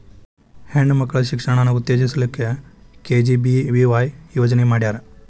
ಹೆಣ್ ಮಕ್ಳ ಶಿಕ್ಷಣಾನ ಉತ್ತೆಜಸ್ ಲಿಕ್ಕೆ ಕೆ.ಜಿ.ಬಿ.ವಿ.ವಾಯ್ ಯೋಜನೆ ಮಾಡ್ಯಾರ್